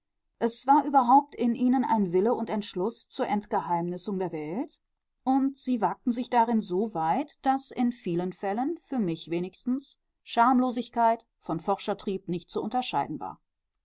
es war überhaupt in ihnen ein wille und entschluß zur entgeheimnissung der welt und sie wagten sich darin so weit daß in vielen fällen für mich wenigstens schamlosigkeit von forschertrieb nicht zu unterscheiden war